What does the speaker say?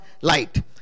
light